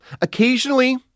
occasionally